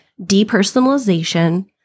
depersonalization